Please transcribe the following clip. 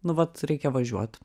nu vat reikia važiuot